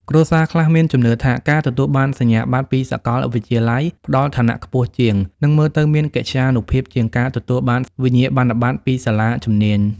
គ្រួសារខ្លះមានជំនឿថា ការទទួលបានសញ្ញាបត្រពីសាកលវិទ្យាល័យផ្តល់ឋានៈខ្ពស់ជាង និងមើលទៅមានកិត្យានុភាពជាងការទទួលបានវិញ្ញាបនបត្រពីសាលាជំនាញ។